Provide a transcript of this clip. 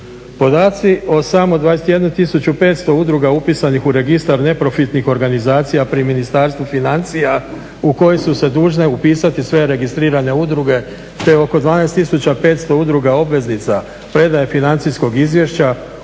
Podaci o samo 21 500 udruga upisanih u Registar neprofitnih organizacija pri Ministarstvu financija u koje su se dužne upisati sve registrirane udruge te oko 12 500 udruga obveznica predaje financijskog izvješća